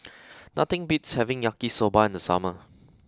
nothing beats having Yaki Soba in the summer